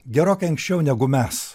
gerokai anksčiau negu mes